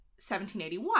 1781